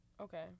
Okay